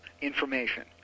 information